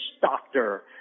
doctor